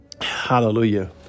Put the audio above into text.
hallelujah